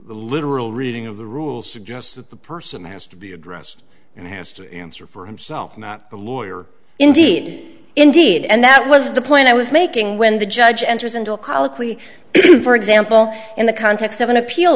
literal reading of the rules suggests that the person has to be addressed and has to answer for himself not the lawyer indeed indeed and that was the point i was making when the judge enters into a colloquy for example in the context of an appeal